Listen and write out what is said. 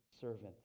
servant